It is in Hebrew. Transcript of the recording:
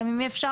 ואם אפשר,